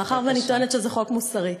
מאחר שאני טוענת שזה חוק מוסרי.